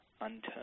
unturned